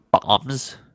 bombs